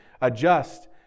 adjust